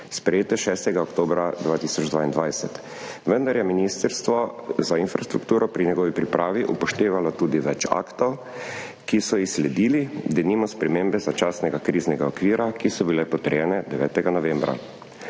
sprejete 6. oktobra 2022, vendar je Ministrstvo za infrastrukturo pri njegovi pripravi upoštevalo tudi več aktov, ki so ji sledili, denimo spremembe začasnega kriznega okvira, ki so bile potrjene devetega novembra.